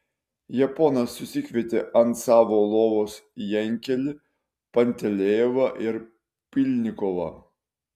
japonas susikvietė ant savo lovos jankelį pantelejevą ir pylnikovą